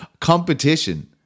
Competition